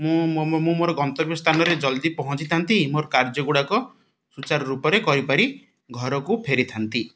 ମୁଁ ମୁଁ ମୋର ଗନ୍ତବ୍ୟ ସ୍ଥାନରେ ଜଲ୍ଦି ପହଞ୍ଚିଥାନ୍ତି ମୋର କାର୍ଯ୍ୟଗୁଡ଼ାକ ସୁଚାରୁ ରୂପରେ କରିପାରି ଘରକୁ ଫେରିଥାନ୍ତି